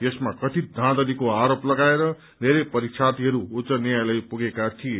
यसमा कथित धाँधलीको आरोप लगाएर धेरै परीक्षार्थीहरू उच्च न्यायालय पुगेका थिए